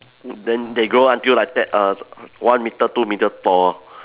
would then they grow until like that err one metre two metre tall